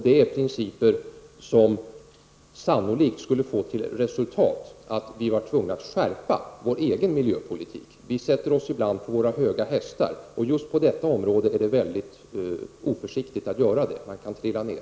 Det är principer som sannolikt skulle få till resultat att vi blev tvungna att skärpa vår egen miljöpolitik. Vi sätter oss i bland på våra höga hästar. Just på detta område är det väldigt oförsiktigt att göra det -- man kan trilla ner.